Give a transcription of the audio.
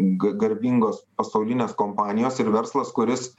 ga garbingos pasaulinės kompanijos ir verslas kuris